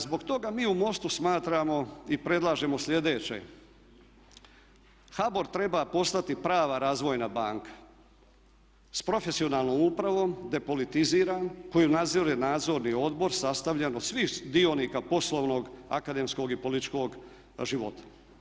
Zbog toga mi u MOST-u smatramo i predlažemo sljedeće: HBOR treba postati prava razvojna banka s profesionalnom upravom, depolitiziran koju nadzire Nadzorni odbor sastavljen od svih dionika poslovnog akademskog i političkog života.